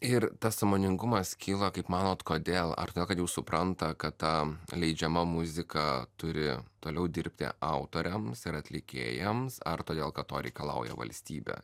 ir tas sąmoningumas kyla kaip manot kodėl ar todėl kad jau supranta kad tam leidžiama muzika turi toliau dirbti autoriams ar atlikėjams ar todėl kad to reikalauja valstybė